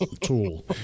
tool